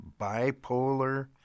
bipolar